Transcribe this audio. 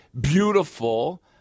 beautiful